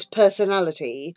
personality